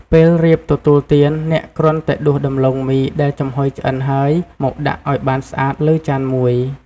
ពេលរៀបទទួលទាន អ្នកគ្រាន់តែដួសដំឡូងមីដែលចំហុយឆ្អិនហើយ មកដាក់ឱ្យបានស្អាតលើចានមួយ។